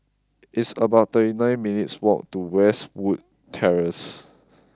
it's about thirty nine minutes' walk to Westwood Terrace